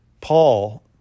Paul